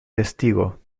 testigo